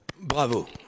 Bravo